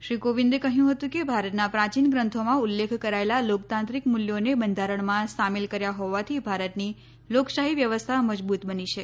શ્રી કોવિંદે કહ્યું હતું કે ભારતના પ્રાચીન ગ્રંથોમાં ઉલ્લેખ કરાયેલા લોકતાંત્રિક મૂલ્યોને બંધારણમાં સામેલ કર્યા હોવાથી ભારતની લોકશાહી વ્યવસ્થા મજબૂત બની છે